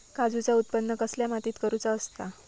काजूचा उत्त्पन कसल्या मातीत करुचा असता?